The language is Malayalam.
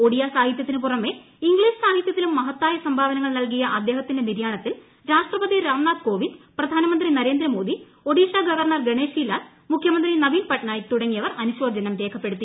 ഒഡിയ സാഹിത്യത്തിനു പുറമെ ഇംഗ്ലീഷ് സാഹിത്യത്തിലും മഹത്തായ സംഭാവനകൾ നൽകിയ അദ്ദേഹത്തിന്റെ നിര്യാണത്തിൽ രാഷ്ട്രപതി രാം നാഥ് കോവിന്ദ് പ്രധാനമന്ത്രി നരേന്ദ്രമോദി ഒഡീഷ ഗവർണർ ഗണേഷി ലാൽ മുഖ്യമന്ത്രി നവീൻ പട്നായിക് തുടങ്ങിയവർ അനുശോചനം രേഖപ്പെടുത്തി